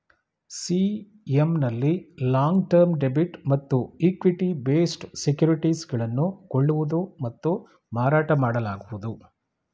CM ನಲ್ಲಿ long term debit ಮತ್ತು equity based securities ಗಳನ್ನು ಕೊಳ್ಳುವುದು ಮತ್ತು ಮಾರಾಟ ಮಾಡಲಾಗುವುದು